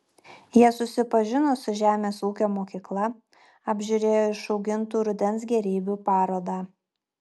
jie susipažino su žemės ūkio mokykla apžiūrėjo išaugintų rudens gėrybių parodą